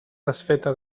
desfeta